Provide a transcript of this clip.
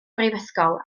brifysgol